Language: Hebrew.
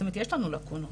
יש לנו לקונות,